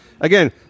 again